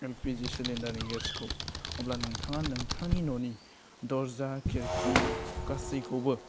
LPG सिलिन्डारनि गेसखौ अब्ला नोंथाङा नोंथांनि न'नि दरजा खिरखि गासैखौबो